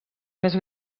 més